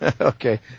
Okay